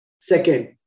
Second